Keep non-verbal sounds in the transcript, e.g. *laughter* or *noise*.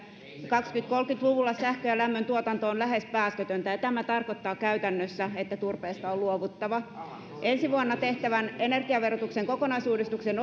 kaksituhattakolmekymmentä luvulla sähkön ja lämmöntuotanto on lähes päästötöntä ja tämä tarkoittaa käytännössä että turpeesta on luovuttava ensi vuonna tehtävän energiaverotuksen kokonaisuudistuksen *unintelligible*